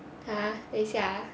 ah 等一下 ah